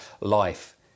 life